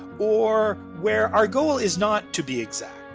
or where our goal is not to be exact.